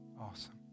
Awesome